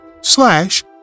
slash